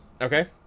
Okay